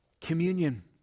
Communion